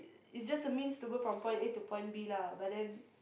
it's just a means to go from point A to point B lah but then